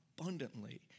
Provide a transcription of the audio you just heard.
abundantly